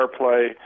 airplay